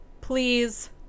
please